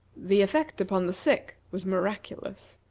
the effect upon the sick was miraculous.